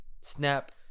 snap